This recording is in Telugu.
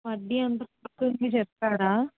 వడ్డీ ఎంతొస్తుందో చెప్తారా